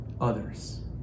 others